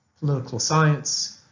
political science,